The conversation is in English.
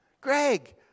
Greg